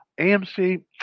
AMC